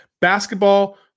Basketball